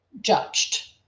judged